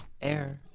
air